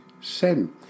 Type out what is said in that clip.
sin